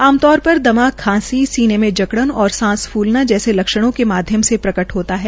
आम तौर पर दमा खांसी सीने में जकड़न और सांस फूलना जैसे लक्षणों का माध्यम से प्रक्ट होता है